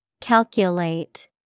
Calculate